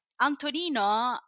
Antonino